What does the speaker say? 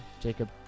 Jacob